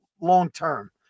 long-term